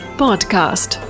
podcast